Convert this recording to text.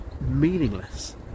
meaningless